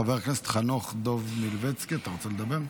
חבר הכנסת חנוך דב מלביצקי, אתה רוצה לדבר?